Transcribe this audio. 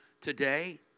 Today